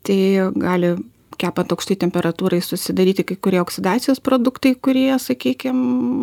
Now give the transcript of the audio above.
tai gali kepant aukštoj temperatūroj susidaryti kai kurie oksidacijos produktai kurie sakykim